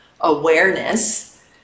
awareness